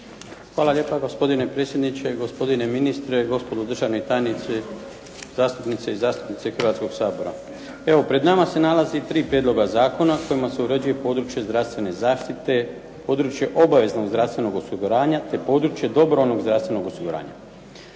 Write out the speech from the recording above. Hvala lijepa gospodine predsjedniče, gospodine ministre, gospodo državni tajnici, zastupnice i zastupnici Hrvatskog sabora. Evo pred nama se nalazi 3 prijedloga zakona kojima se uređuje područje zdravstvene zaštite, područje obaveznog zdravstvenog osiguranja te područje dobrovoljnog zdravstvenog osiguranja.